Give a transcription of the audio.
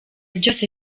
byose